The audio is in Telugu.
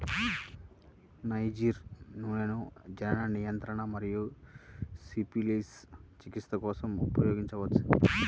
నైజర్ నూనెను జనన నియంత్రణ మరియు సిఫిలిస్ చికిత్స కోసం ఉపయోగించవచ్చు